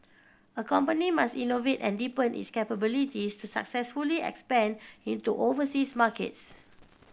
a company must innovate and deepen its capabilities to successfully expand into overseas markets